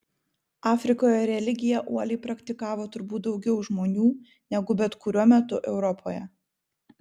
afrikoje religiją uoliai praktikavo turbūt daugiau žmonių negu bet kuriuo metu europoje